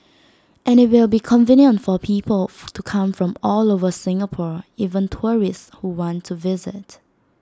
and IT will be convenient for people to come from all over Singapore even tourists who want to visit